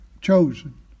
chosen